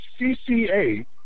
CCA